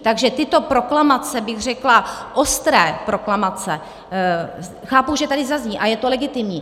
Takže tyto proklamace, řekla bych ostré proklamace, chápu, že tady zazní, a je to legitimní.